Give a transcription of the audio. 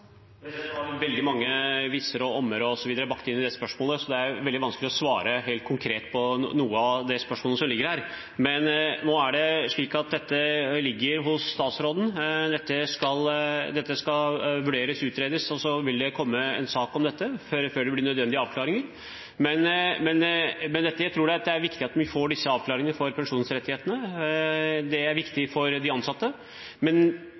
Det var veldig mange hvis-er og om-er bakt inn i spørsmålet, så det er veldig vanskelig å svare helt konkret på noen av spørsmålene. Dette ligger hos statsråden, det skal utredes, og så vil det komme en sak om det før det blir nødvendige avklaringer. Men jeg tror det er viktig at vi får disse avklaringene om pensjonsrettighetene. Det er